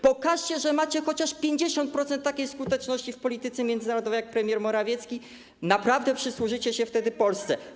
Pokażcie, że macie chociaż 50% takiej skuteczności w polityce międzynarodowej jak premier Morawiecki, a naprawdę przysłużycie się wtedy Polsce.